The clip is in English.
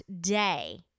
day